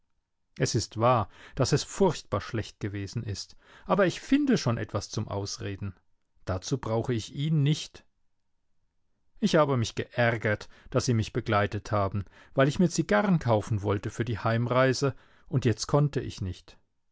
es ist wahr daß es furchtbar schlecht gewesen ist aber ich finde schon etwas zum ausreden dazu brauche ich ihn nicht ich habe mich geärgert daß sie mich begleitet haben weil ich mir zigarren kaufen wollte für die heimreise und jetzt konnte ich nicht